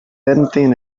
anything